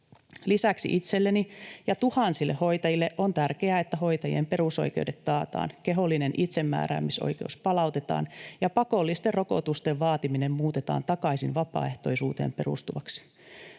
Lisäksi itselleni ja tuhansille hoitajille on tärkeää, että hoitajien perusoikeudet taataan, kehollinen itsemääräämisoikeus palautetaan ja pakollisten rokotusten vaatiminen muutetaan takaisin vapaaehtoisuuteen perustuvaksi.